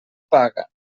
paga